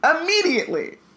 Immediately